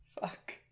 Fuck